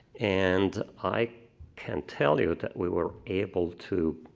and i can tell you that we were able to